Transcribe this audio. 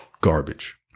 garbage